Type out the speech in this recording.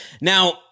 Now